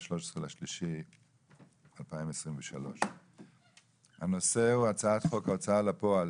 13 במרץ 2023. הנושא הוא הצעת חוק ההוצאה לפועל